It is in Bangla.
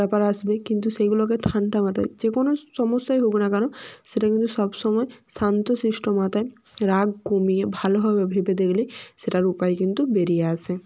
ব্যাপার আসবে কিন্তু সেইগুলোকে ঠান্ডা মাথায় যে কোনো সমস্যাই হোক না কেন সেটা কিন্তু সব সময় শান্ত শিষ্ট মাথায় রাগ কমিয়ে ভালোভাবে ভেবে দেখলে সেটার উপায় কিন্তু বেরিয়ে আসে